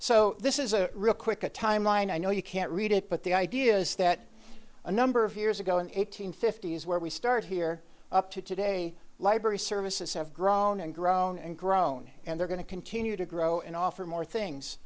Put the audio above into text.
so this is a real quick a timeline i know you can't read it but the idea is that a number of years ago eight hundred fifty is where we started here up to today library services have grown and grown and grown and they're going to continue to grow and offer more things